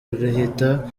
rihita